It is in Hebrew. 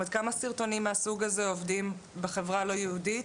עד כמה סרטונים מהסוג הזה עובדים בחברה הלא יהודית,